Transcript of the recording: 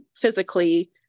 physically